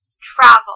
travel